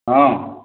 ହଁ